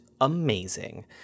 amazing